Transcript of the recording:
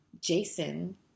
Jason